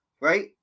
right